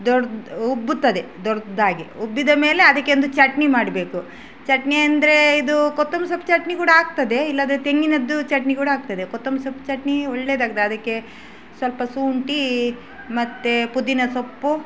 ದೊಡ್ಡದ್ ಉಬ್ಬುತ್ತದೆ ದೊಡ್ಡದಾಗಿ ಉಬ್ಬಿದ ಮೇಲೆ ಅದಕ್ಕೆ ಒಂದು ಚಟ್ನಿ ಮಾಡಬೇಕು ಚಟ್ನಿ ಅಂದರೆ ಇದು ಕೊತ್ತಂಬರಿ ಸೊಪ್ಪು ಚಟ್ನಿ ಕೂಡ ಆಗ್ತದೆ ಇಲ್ಲಾದ್ರೆ ತೆಂಗಿನದ್ದು ಚಟ್ನಿ ಕೂಡ ಆಗ್ತದೆ ಕೊತ್ತಂಬರಿ ಸೊಪ್ಪು ಚಟ್ನಿ ಒಳ್ಳೆಯದು ಆಗ್ತದೆ ಅದಕ್ಕೆ ಸ್ವಲ್ಪ ಶುಂಠಿ ಮತ್ತೆ ಪುದೀನ ಸೊಪ್ಪು